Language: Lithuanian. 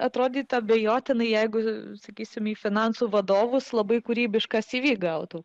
atrodyti abejotinai jeigu sakysime į finansų vadovus labai kūrybiškas cv gautų